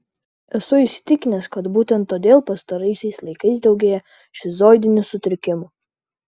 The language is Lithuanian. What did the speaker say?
esu įsitikinęs kad būtent todėl pastaraisiais laikais daugėja šizoidinių sutrikimų